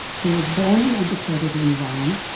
who was born and educated in iran,